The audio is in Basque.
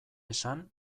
esan